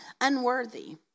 unworthy